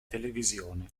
televisione